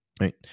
right